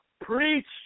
preach